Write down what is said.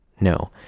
no